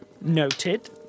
Noted